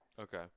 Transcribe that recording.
Okay